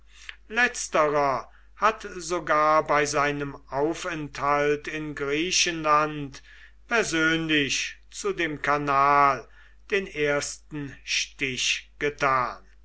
letzterer hat sogar bei seinem aufenthalt in griechenland persönlich zu dem kanal den ersten stich getan